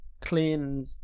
clean